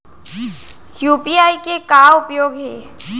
UPI के का उपयोग हे?